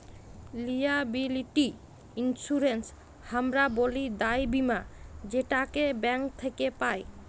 liability insurance হামরা ব্যলি দায় বীমা যেটাকে ব্যাঙ্ক থক্যে পাই